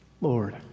Lord